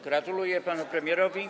Gratuluję panu premierowi.